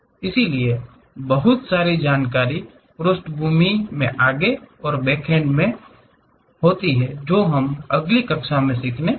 इसलिए बहुत सारी जानकारी पृष्ठभूमि और आगे के अंत में जाती है जो हम अगली कक्षाओं में सीखने जा रहे हैं